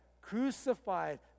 crucified